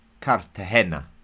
Cartagena